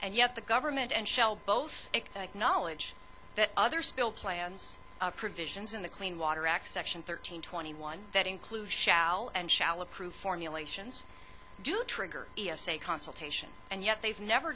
and yet the government and shell both knowledge that other spill plans provisions in the clean water act section thirteen twenty one that include shall and shall approve formulations do trigger e s a consultation and yet they've never